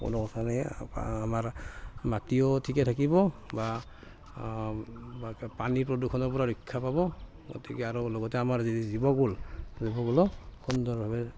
কোনো কথা নাই আমাৰ মাটিও ঠিকে থাকিব বা বা পানীৰ প্ৰদূষণৰ পৰা ৰক্ষা পাব গতিকে আৰু লগতে আমাৰ জীৱকূল জীৱকূলো সুন্দৰভাৱে